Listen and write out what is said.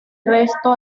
resto